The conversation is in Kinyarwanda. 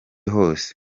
hose